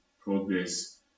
progress